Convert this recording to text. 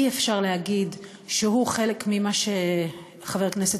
אי-אפשר להגיד שהוא חלק ממה שחבר הכנסת